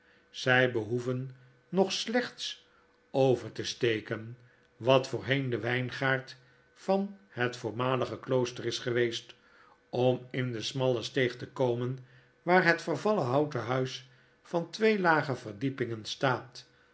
zrj beboeven nog slechts over te steken wat voorheen de wpgaard van het voormalige klooster is geweest om in de smalle steegte komen waar het vervallen houten huis van twee lage verdiepingen staat